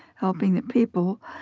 helping the people,